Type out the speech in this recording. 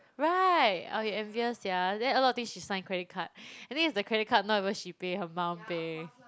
right I envious sia then a lot of thing she sign credit card and the thing is the credit card not even she pay her mum pay